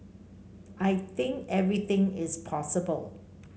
I think everything is possible